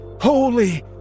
holy